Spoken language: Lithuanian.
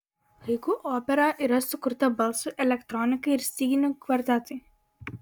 haiku opera yra sukurta balsui elektronikai ir styginių kvartetui